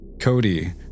Cody